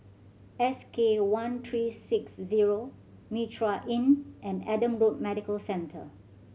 S K one three six zero Mitraa Inn and Adam Road Medical Centre